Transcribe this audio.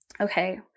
Okay